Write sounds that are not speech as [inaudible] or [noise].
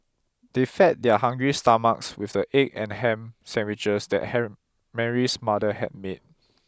they fed their hungry stomachs with the egg and ham sandwiches that [unintelligible] Mary's mother had made